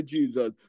Jesus